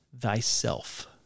thyself